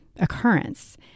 occurrence